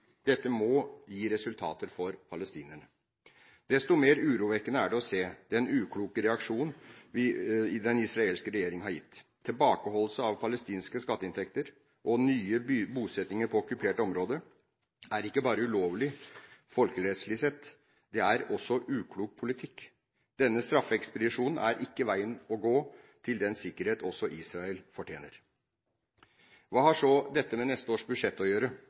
Dette må gi resultater for palestinerne. Desto mer urovekkende er det å se den ukloke reaksjonen til den israelske regjering. Tilbakeholdelse av palestinske skatteinntekter og nye bosettinger på okkupert område er ikke bare ulovlig folkerettslig sett, det er også uklok politikk. Denne straffeekspedisjonen er ikke veien å gå til den sikkerhet også Israel fortjener. Hva har så dette med neste års budsjett å gjøre?